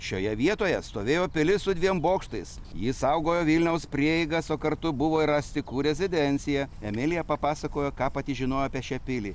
šioje vietoje stovėjo pilis su dviem bokštais ji saugojo vilniaus prieigas o kartu buvo ir astikų rezidencija emilija papasakojo ką pati žinojo apie šią pilį